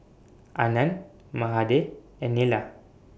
Anand Mahade and Neila